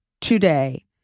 today